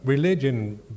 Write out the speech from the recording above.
Religion